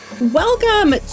Welcome